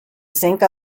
xinca